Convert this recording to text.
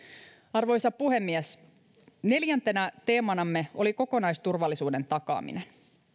arvoisa puhemies neljäntenä teemanamme oli kokonaisturvallisuuden takaaminen